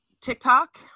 TikTok